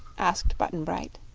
asked button-bright.